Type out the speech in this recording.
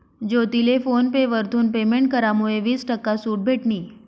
ज्योतीले PhonePe वरथून payment करामुये वीस टक्का सूट भेटनी